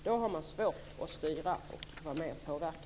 Då har man svårt att styra och vara med att påverka.